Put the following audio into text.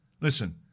Listen